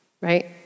right